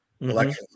election